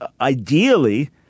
ideally